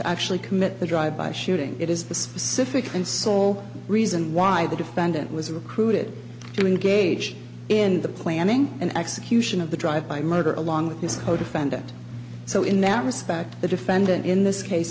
actually commit the drive by shooting it is the specific and sole reason why the defendant was recruited to engage in the planning and execution of the drive by murder along with his codefendant so in that respect the defendant in this case